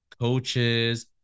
coaches